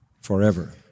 forever